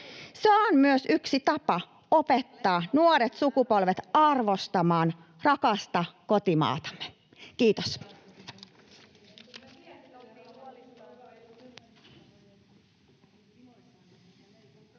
Se on myös yksi tapa opettaa nuoret sukupolvet arvostamaan rakasta kotimaatamme. — Kiitos.